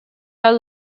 are